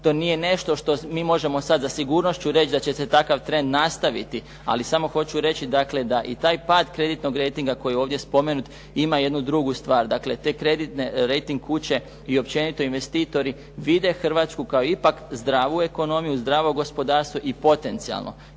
to nije nešto što mi možemo sad sa sigurnošću reći da će se takav trend nastaviti. Ali samo hoću reći, dakle da i taj pad kreditnog rejtinga koji je ovdje spomenut ima jednu drugu stvar. Dakle, te kreditne rejting kuće i općenito investitori vide Hrvatsku kao ipak zdravu ekonomiju, zdravo gospodarstvo i potencijalno.